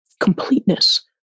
completeness